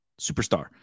Superstar